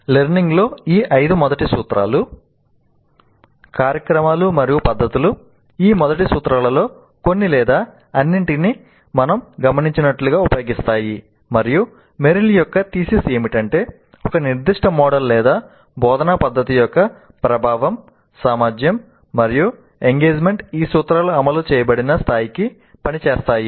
learning లో ఈ ఐదు మొదటి సూత్రాలు కార్యక్రమాలు మరియు పద్ధతులు ఈ మొదటి సూత్రాలలో కొన్ని లేదా అన్నింటిని మనం గమనించినట్లుగా ఉపయోగిస్తాయి మరియు మెరిల్ యొక్క థీసిస్ ఏమిటంటే ఒక నిర్దిష్ట మోడల్ లేదా బోధనా పద్ధతి యొక్క ప్రభావం సామర్థ్యం మరియు ఎంగేజ్మెంట్ ఈ సూత్రాలు అమలు చేయబడిన స్థాయికి పని చేస్తాయి